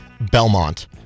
Belmont